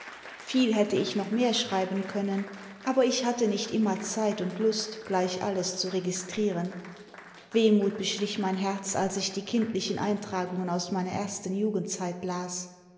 viel hätte ich noch mehr schreiben können aber ich hatte nicht immer zeit und lust gleich alles zu registrieren wehmut beschlich mein herz als ich die kindlichen eintragungen aus meiner ersten jugendzeit las